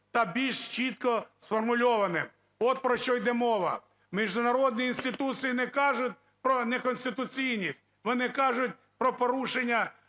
та більш чітко сформульованим. От про що йде мова. Міжнародні інституції не кажуть про неконституційність, вони кажуть про порушення